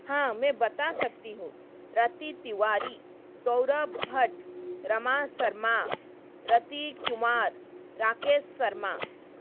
हाँ मैं बता सकती हूँ रति तिवारी सौरभ भट्ट रमा शर्मा रति कुमार राकेश शर्मा